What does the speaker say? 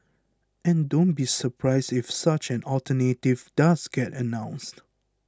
and don't be surprised if such an alternative does get announced